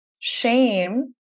Shame